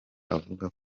avuga